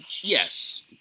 Yes